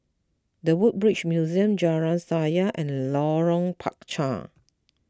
the Woodbridge Museum Jalan Sayang and Lorong Panchar